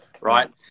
right